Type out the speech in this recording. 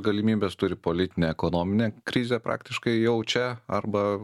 galimybes turi politinę ekonominę krizę praktiškai jaučia arba